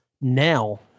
now